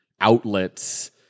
outlets